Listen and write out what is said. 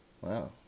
Wow